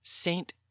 Saint